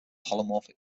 holomorphic